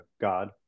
God